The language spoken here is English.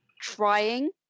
trying